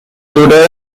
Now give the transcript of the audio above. tudor